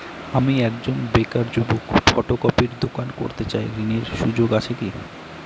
আমি একজন বেকার যুবক ফটোকপির দোকান করতে চাই ঋণের সুযোগ আছে কি?